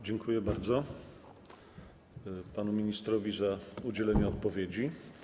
Dziękuję bardzo panu ministrowi za udzielenie odpowiedzi.